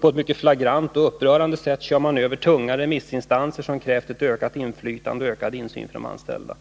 På ett mycket flagrant och upprörande sätt kör man över tunga remissinstanser som krävt ökat inflytande och ökad insyn för de anställda.